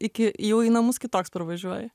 iki jau į namus kitoks parvažiuoji